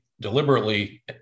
deliberately